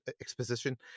exposition